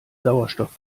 sauerstoff